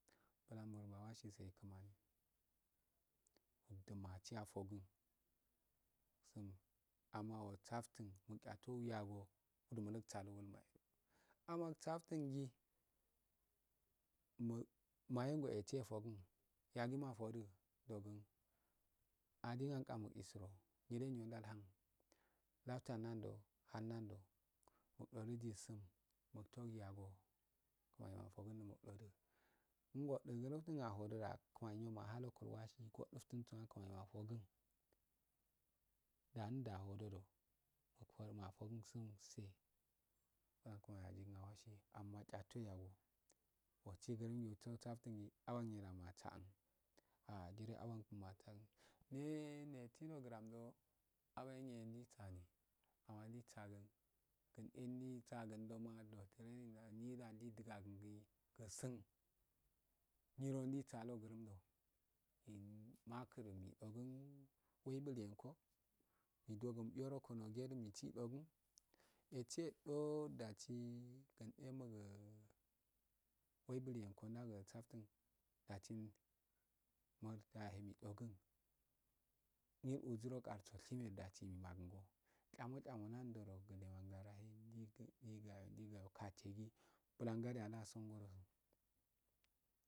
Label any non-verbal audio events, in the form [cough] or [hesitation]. Blan ah wasi so eh kumani matshi afokan [hesitation] amma oh safte do miucha gu yago muf dne kala go, amma uh saften gi mu maynego eh esi efogen yagi mafodu den adege eh esi efogen yago kumani afoken eh muf dodu kun dupten aho doda kumani mafo ken, ndali nda hodo kumani mafoken musum se ah mul satun amma chatune do asi grum ut satun do abagne tsa uu ah jire abange ma dua un me nesi garam do aba ye ne go tsale ama ndi tsali dan eh ndi tsali do sun nyiro mul duga kun gu nyiro ndi satun do muk do wai biliyango nyiro da ndi dga ingu, usun maku ro undo wai biliyango ido mbi yango musiyodi dogun datsi mane chawo cliamo me mibam mul imehi katore bala dage alu ason nguldo